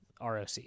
ROC